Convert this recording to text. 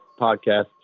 podcast